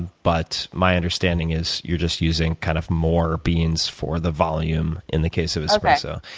but my understanding is you're just using kind of more beans for the volume in the case of espresso.